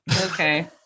Okay